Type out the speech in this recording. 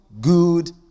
good